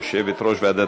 יושבת-ראש ועדת,